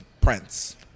prince